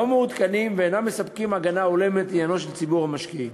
לא מעודכנים ואינם מספקים הגנה הולמת לעניינו של ציבור המשקיעים.